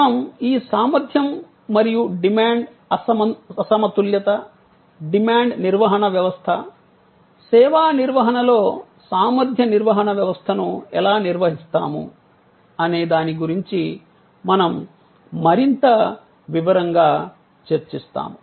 మనం ఈ సామర్థ్యం మరియు డిమాండ్ అసమతుల్యత డిమాండ్ నిర్వహణ వ్యవస్థ సేవా నిర్వహణలో సామర్థ్య నిర్వహణ వ్యవస్థను ఎలా నిర్వహిస్తాము అనే దాని గురించి మనం మరింత వివరంగా చర్చిస్తాము